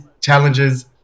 challenges